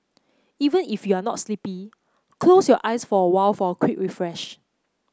even if you are not sleepy close your eyes for a while for a quick refresh